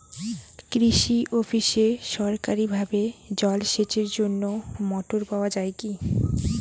কৃষি অফিসে সরকারিভাবে জল সেচের জন্য মোটর পাওয়া যায় কি?